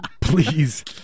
please